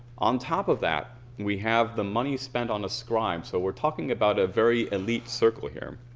on top of that, we have the money spent on a scribe. so we're talking about a very elite circle here.